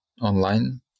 online